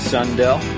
Sundell